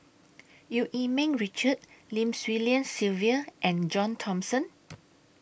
EU Yee Ming Richard Lim Swee Lian Sylvia and John Thomson